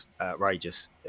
outrageous